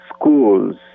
schools